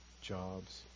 jobs